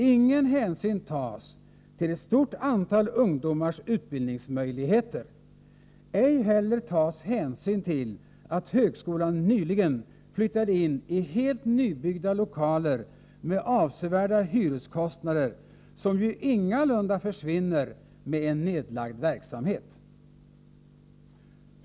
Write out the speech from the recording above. Ingen hänsyn tas till ett stort antal ungdomars utbildningsmöjligheter. Ej heller tas hänsyn till att högskolan nyligen flyttade in i helt nybyggda lokaler med avsevärda hyreskostnader, som ju ingalunda försvinner med en nedlagd verksamhet.